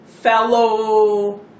fellow